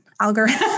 algorithm